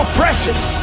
precious